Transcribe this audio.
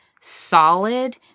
solid